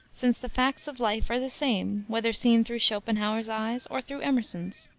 since the facts of life are the same, whether seen through schopenhauer's eyes or through emerson's.